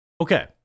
Okay